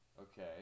Okay